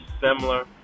similar